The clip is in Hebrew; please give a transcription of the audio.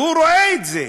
והוא רואה את זה,